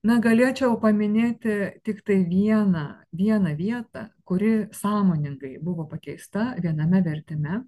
na galėčiau paminėti tiktai vieną vieną vietą kuri sąmoningai buvo pakeista viename vertime